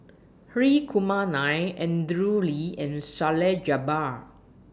Hri Kumar Nair Andrew Lee and Salleh Japar